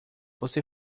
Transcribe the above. você